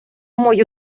мою